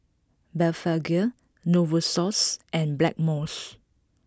Blephagel Novosource and Blackmores